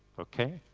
ok?